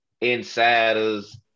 insiders